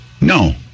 No